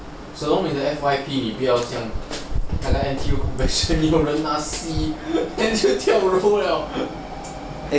so long 你的 F_Y_P 不要像那个 N_T_U 那个人拿 C then 就跳楼了